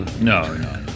no